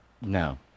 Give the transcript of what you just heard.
No